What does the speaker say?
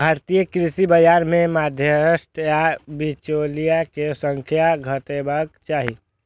भारतीय कृषि बाजार मे मध्यस्थ या बिचौलिया के संख्या घटेबाक चाही